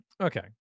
Okay